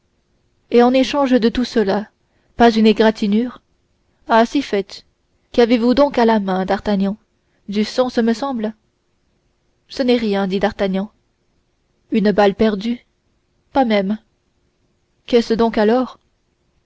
et en échange de tout cela pas une égratignure ah si fait qu'avez-vous donc là à la main d'artagnan du sang ce me semble ce n'est rien dit d'artagnan une balle perdue pas même qu'est-ce donc alors